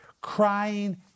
crying